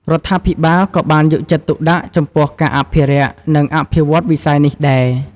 រដ្ឋាភិបាលក៏បានយកចិត្តទុកដាក់ចំពោះការអភិរក្សនិងអភិវឌ្ឍន៍វិស័យនេះដែរ។